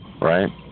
right